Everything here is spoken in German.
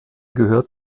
gehört